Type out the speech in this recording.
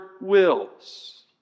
wills